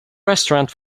restaurant